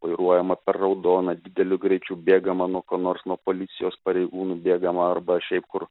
vairuojama per raudoną dideliu greičiu bėgama nuo ko nors nuo policijos pareigūnų bėgama arba šiaip kur